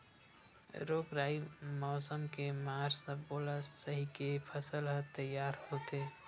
रोग राई, मउसम के मार सब्बो ल सहिके फसल ह तइयार होथे